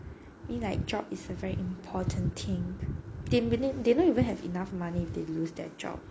mean like job is a very important thing they they don't even have enough money if lose their job